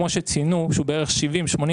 כמו שציינו שהוא בערך 70%-80%.